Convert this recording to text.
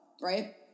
right